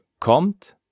kommt